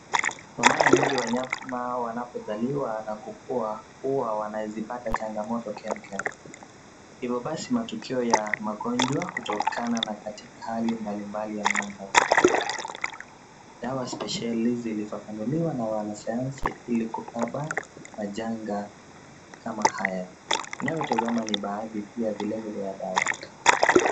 Kwa mara nyingi wanyama wanapozaliwa na kukua huwa wanazipata changamoto chemchem. Hivyo basi matukio ya magonjwa hutokana na katika hali mbalimbali ya mandhari. Dawa spesheli zilizofanuliwa na wanasayansi ili kukaba majanga kama haya. Tunavyotazama ni baadhi pia vilevile ya dawa.